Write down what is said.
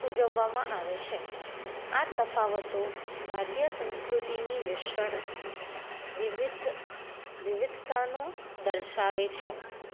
ઉજવવામાં આવે છે આ તફાવતો ભારતીય સંસ્કૃતિની વિશાળ વિવિધ વિવિધતાનો દર્શાવે છે